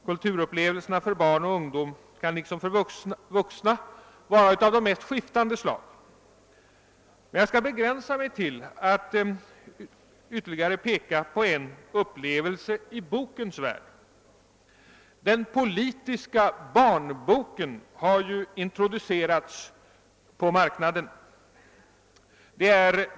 Kulturupplevelserna för barn och ungdom kan liksom för vuxna vara av de mest skiftande slag. Jag skall begränsa mig till att ytterligare peka på en upplevelse i bokens värld. Den politiska barnboken har ju introducerats på marknaden.